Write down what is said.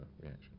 reaction